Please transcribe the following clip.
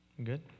Good